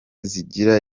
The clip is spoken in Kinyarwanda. zigira